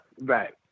Right